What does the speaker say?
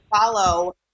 follow